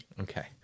Okay